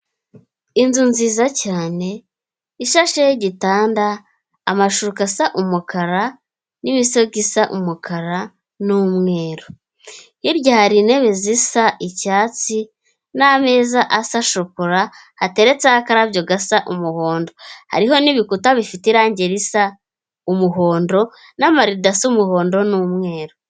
Inzu nziza cyane ishasheho igitanda amashuka asa umukara n'ibisego isa umukara n'umweru, hirya hari intebe zisa icyatsi n'ameza asa shokora ateretseho akarabyo gasa umuhondo, hariho n'ibikuta bifite irangi risa umuhondo n'amaridashya asa umuhondo n'umweru.